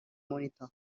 monitor